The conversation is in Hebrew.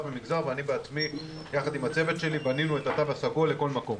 ומגזר ואני בעצמי יחד עם הצוות שלי בנינו את התו הסגול לכל מקום.